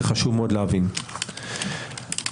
אני חושב שלא צריך הרבה הבנה כדי לראות,